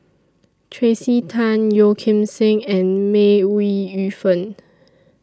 Tracey Tan Yeo Kim Seng and May Ooi Yu Fen